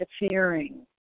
interfering